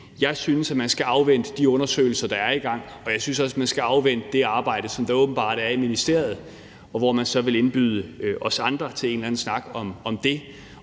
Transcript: Jeg synes, man skal afvente de undersøgelser, der er i gang, og jeg synes også, man skal afvente det arbejde, som der åbenbart er i ministeriet, hvor man så vil indbyde os andre til en eller anden snak om det.